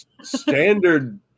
Standard